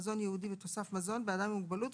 מזון ייעודי ותוסף מזון באדם עם מוגבלות,